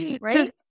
Right